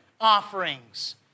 offerings